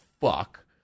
fuck